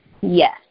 Yes